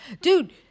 Dude